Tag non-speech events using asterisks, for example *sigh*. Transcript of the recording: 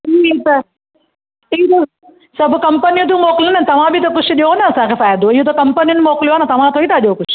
*unintelligible* सभु कंपनीअ जो मोकिलो न तव्हां बि त कुझु ॾियो न असांखे फ़ाइदो इहो त कंपनियुनि मोकिलियो आहे न तव्हां थोरे ई था ॾियो कुझु